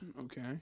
Okay